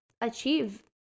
achieve